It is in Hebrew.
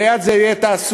וליד זה תהיה תעסוקה,